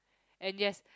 and yes